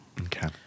Okay